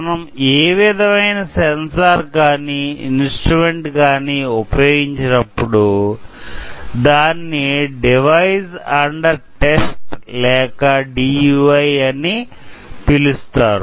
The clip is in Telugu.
మనం ఏ విధమయిన సెన్సెర్ కానీ ఇన్స్ట్రుమెంట్ కానీ ఉపయోగించినప్పుడు దాన్ని డివైస్ అండర్ టెస్ట్ లేక DUI అని పిలుస్తారు